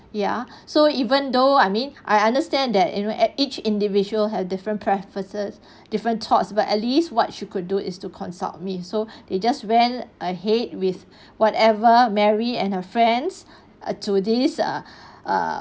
ya so even though I mean I understand that you know at each individual have different preferences different thoughts but at least what she could do is to consult me so they just went ahead with whatever mary and her friends uh to this err err